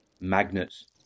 Magnets